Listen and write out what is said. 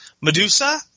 Medusa